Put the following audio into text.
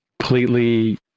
completely